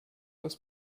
das